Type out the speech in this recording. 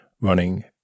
running